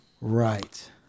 right